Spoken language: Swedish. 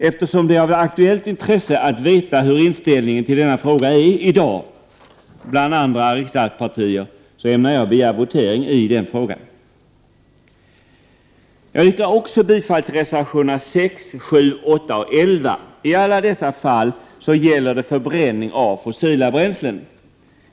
Eftersom det är av aktuellt intresse att veta vilken inställningen till denna fråga är i dag bland andra riksdagspartier ämnar jag begära votering i den frågan. Jag yrkar också bifall till reservationerna 6, 7, 8 och 11. I alla dessa fall gäller det förbränning av fossila bränslen.